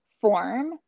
form